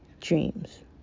dreams